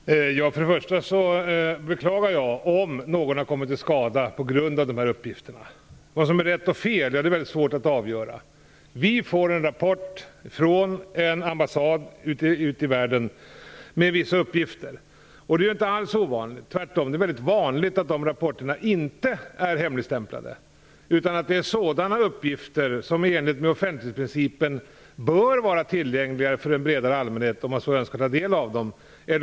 Fru talman! För det första beklagar jag om någon har kommit till skada på grund av de här uppgifterna. Vad som är rätt och fel är väldigt svårt att avgöra. Vi får en rapport från en ambassad ute i världen med vissa uppgifter. Det är inte alls ovanligt. Tvärtom är det väldigt vanligt att dessa rapporter inte är hemligstämplade, utan att de innehåller sådana uppgifter som i enlighet med offentlighetsprincipen bör vara tillgängliga för en bredare allmänhet, om någon önskar ta del av dem.